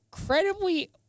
incredibly